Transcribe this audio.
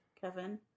Kevin